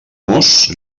mos